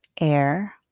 air